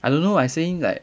I don't know I saying like